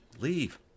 leave